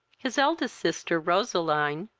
his eldest sister, roseline,